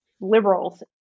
liberals